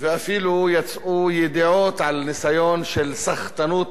ואפילו יצאו ידיעות על ניסיון של סחטנות